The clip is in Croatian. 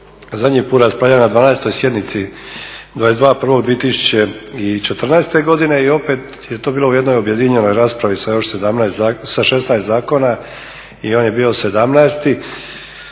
zadnji put raspravljali na 12. sjednici 22.01.2014. godine i opet je to bilo u jednoj objedinjenoj raspravi sa još 16 zakona i on je bio 17.